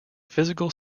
physical